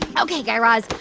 ok, guy raz.